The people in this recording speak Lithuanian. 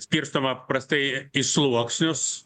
skirstoma paprastai į sluoksnius